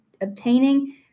obtaining